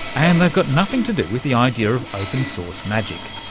and they've got nothing to do with the idea of open-source magic,